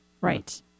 Right